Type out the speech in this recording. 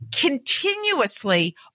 continuously